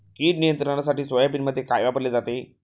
कीड नियंत्रणासाठी सोयाबीनमध्ये काय वापरले जाते?